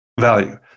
value